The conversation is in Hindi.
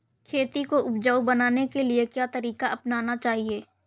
खेती को उपजाऊ बनाने के लिए क्या तरीका अपनाना चाहिए?